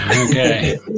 Okay